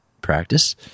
practice